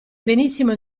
benissimo